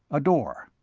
a door.